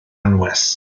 anwes